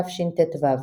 תשט"ו.